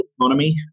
economy